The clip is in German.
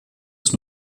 ist